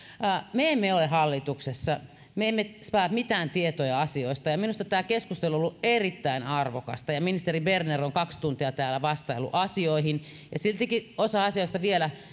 me emme ole hallituksessa me emme saa mitään tietoja asioista minusta tämä keskustelu on ollut erittäin arvokasta ja ministeri berner on kaksi tuntia täällä vastaillut asioihin siltikin osa asioista vielä